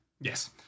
Yes